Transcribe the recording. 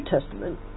Testament